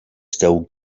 still